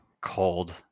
Cold